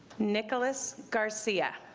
nicholas garcia.